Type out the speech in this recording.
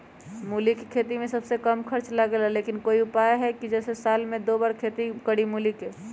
मूली के खेती में सबसे कम खर्च लगेला लेकिन कोई उपाय है कि जेसे साल में दो बार खेती करी मूली के?